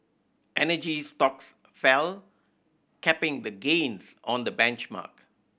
energy stocks fell capping the gains on the benchmark